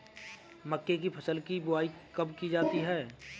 मक्के की फसल की बुआई कब की जाती है?